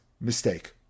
mistake